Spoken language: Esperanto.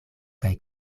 kaj